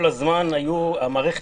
המערכת